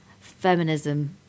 feminism